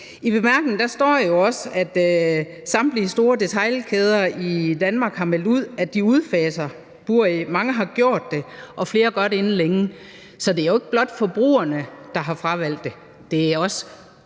der jo også, at samtlige store detailkæder i Danmark har meldt ud, at de udfaser buræg – mange har gjort det, og flere gør det inden længe. Så det er jo ikke blot forbrugerne, der har fravalgt det;